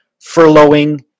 furloughing